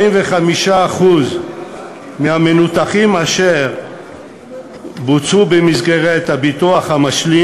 ל-45% מהניתוחים אשר בוצעו במסגרת הביטוח המשלים